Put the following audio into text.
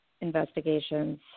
investigations